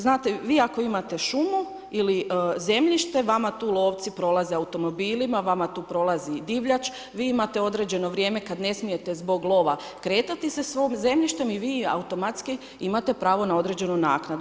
Znate, vi ako imate šumu ili zemljište, vama tu lovci prolaze automobilima, vama tu prolazi divljač, vi imate određeno vrijem kad ne smijete zbog lova kretati se svojim zemljištem i vi automatski imate pravo na određenu naknadu.